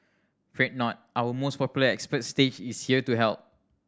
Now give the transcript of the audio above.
fret not our most popular expert stage is here to help